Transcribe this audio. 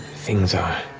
things are